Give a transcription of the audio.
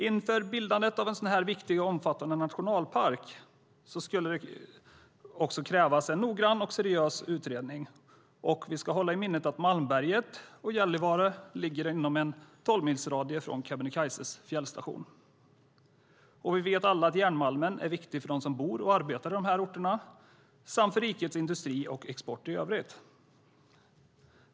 Inför bildandet av en sådan viktig och omfattande nationalpark skulle det krävas en noggrann och seriös utredning. Vi ska hålla i minnet att Malmberget och Gällivare ligger inom en tolvmilsradie från Kebnekaises fjällstation. Vi vet alla att järnmalmen är viktig för dem som bor och arbetar i dessa orter samt för rikets industri och export i övrigt.